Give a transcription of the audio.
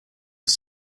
was